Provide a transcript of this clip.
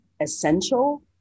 essential